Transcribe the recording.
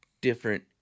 different